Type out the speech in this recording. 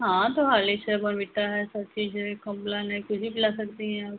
हाँ तो हॉर्लिक्स है बोर्नवीटा है सब चीज़ है कॉम्प्लान है कुछ भी पिला सकती हैं आप